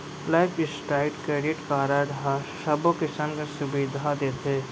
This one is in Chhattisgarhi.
लाइफ स्टाइड क्रेडिट कारड ह सबो किसम के सुबिधा देथे